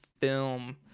film